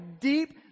deep